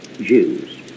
Jews